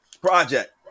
Project